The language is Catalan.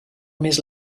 més